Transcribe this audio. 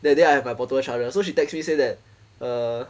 that day I have my portable charger so she text me say that err